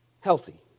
Healthy